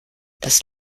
das